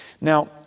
now